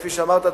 כפי שאמרת,